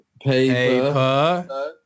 Paper